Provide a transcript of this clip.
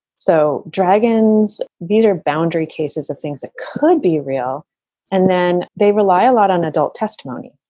so dragons, these are boundary cases of things that could be real and then they rely a lot on adult testimony.